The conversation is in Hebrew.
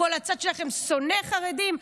כל הצד שלכם שונא חרדים.